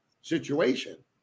situation